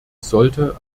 sollte